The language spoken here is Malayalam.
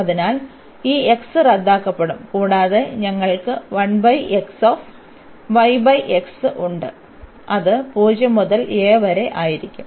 അതിനാൽ ഈ x റദ്ദാക്കപ്പെടും കൂടാതെ ഞങ്ങൾക്ക് ഉണ്ട് അത് 0 മുതൽ a വരെ ആയിരിക്കും